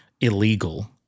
illegal